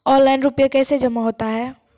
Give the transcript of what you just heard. Online रुपये कैसे जमा होता हैं?